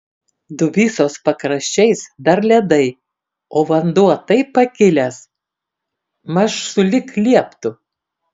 dubysos pakraščiais dar ledai o vanduo taip pakilęs maž sulig lieptu